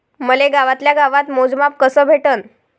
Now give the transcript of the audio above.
मले गावातल्या गावात मोजमाप कस भेटन?